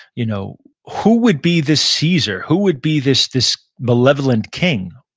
you know who would be this caesar? who would be this this malevolent king?